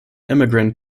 immigrant